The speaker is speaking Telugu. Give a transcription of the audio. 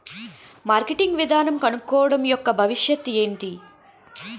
మార్కెటింగ్ విధానం కనుక్కోవడం యెక్క భవిష్యత్ ఏంటి?